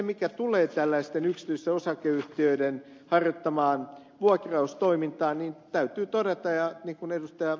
mitä tulee tällaisten yksityisten osakeyhtiöiden harjoittamaan vuokraustoimintaan niin täytyy todeta niin kuin ed